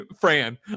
fran